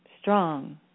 strong